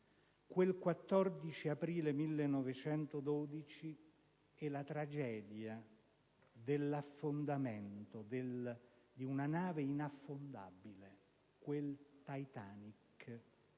il 14 aprile 1912, e la tragedia dell'affondamento di una nave inaffondabile, il Titanic,